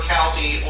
County